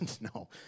No